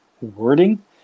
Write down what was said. wording